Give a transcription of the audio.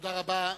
תודה רבה.